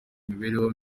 imibereho